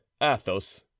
athos